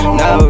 no